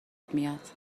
میاد